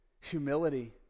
humility